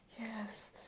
yes